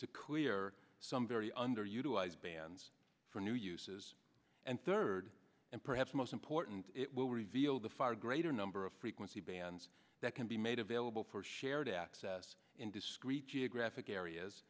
to clear some very underutilized bands for new uses and third and perhaps most important it will reveal the far greater number of frequency bands that can be made available for shared access in discrete geographic areas